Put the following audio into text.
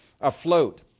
afloat